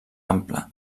ample